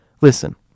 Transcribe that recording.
listen